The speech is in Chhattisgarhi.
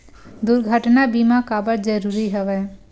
दुर्घटना बीमा काबर जरूरी हवय?